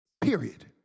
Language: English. period